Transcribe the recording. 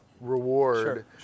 reward